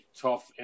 tough